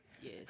Yes